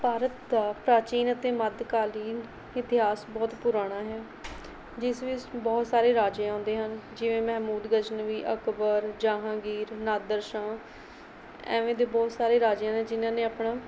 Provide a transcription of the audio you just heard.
ਭਾਰਤ ਦਾ ਪ੍ਰਚੀਨ ਅਤੇ ਮੱਧਕਾਲੀਨ ਇਤਿਹਾਸ ਬਹੁਤ ਪੁਰਾਣਾ ਹੈ ਜਿਸ ਵਿੱਚ ਬਹੁਤ ਸਾਰੇ ਰਾਜੇ ਆਉਂਦੇ ਹਨ ਜਿਵੇਂ ਮਹਿਮੂਦ ਗਜਨਵੀ ਅਕਬਰ ਜਹਾਂਗੀਰ ਨਾਦਰ ਸ਼ਾਹ ਐਵੇਂ ਦੇ ਬਹੁਤ ਸਾਰੇ ਰਾਜੇ ਨੇ ਜਿਹਨਾਂ ਨੇ ਆਪਣਾ